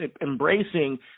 embracing